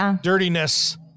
dirtiness